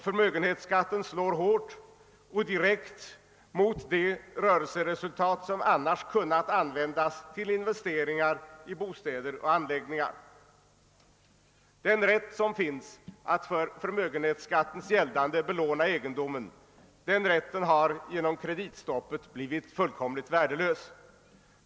Förmögenhetsskatten slår hårt och direkt mot de rörelseresultat, som annars hade kunnat användas till investeringar i bostäder och anläggningar. Den rätt som föreligger att för förmögenhetsskattens gäldande belåna egendomen har genom kreditstoppet blivit fullständigt värdelös.